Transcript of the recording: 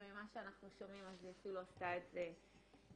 וממה שאנחנו שומעים אז היא אפילו עשתה את זה בהצלחה.